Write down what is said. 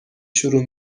شروع